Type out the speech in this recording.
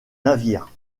navire